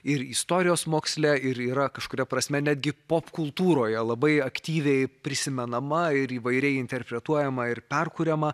ir istorijos moksle ir yra kažkuria prasme netgi popkultūroje labai aktyviai prisimenama ir įvairiai interpretuojama ir perkuriama